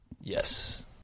Yes